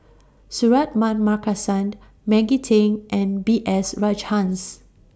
Suratman Markasan Maggie Teng and B S Rajhans